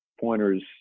pointers